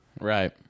Right